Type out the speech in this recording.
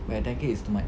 but ten K is too much